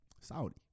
Saudi